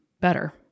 better